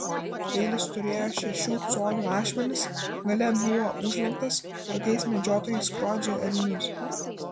peilis turėjo šešių colių ašmenis gale buvo užlenktas tokiais medžiotojai skrodžia elnius